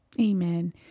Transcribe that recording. Amen